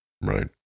Right